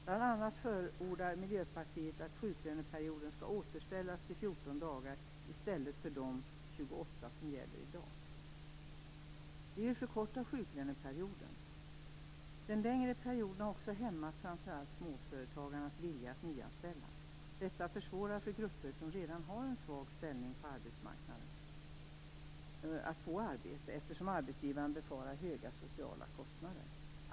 Bl.a. förordar Vi vill förkorta sjuklöneperioden. Den längre perioden har också hämmat framför allt småföretagarnas vilja att nyanställa. Detta försvårar för grupper som redan har en svag ställning på arbetsmarknaden att få arbete, eftersom arbetsgivaren befarar höga sociala kostnader.